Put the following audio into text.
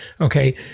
Okay